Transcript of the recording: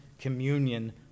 communion